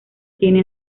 tiene